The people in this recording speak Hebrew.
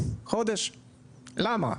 בקשה למה?